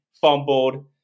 fumbled